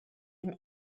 dem